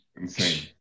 Insane